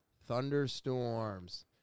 thunderstorms